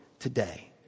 today